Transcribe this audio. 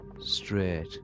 straight